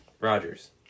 Rogers